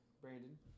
Brandon